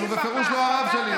אבל הוא בפירוש לא הרב שלי.